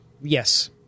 Yes